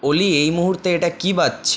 অলি এই মুহূর্তে এটা কী বাজছে